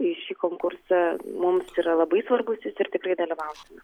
į šį konkursą mums yra labai svarbus jis ir tikrai dalyvausime